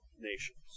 nations